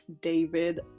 david